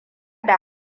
da